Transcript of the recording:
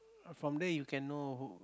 from there you can know